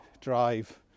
drive